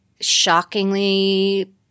shockingly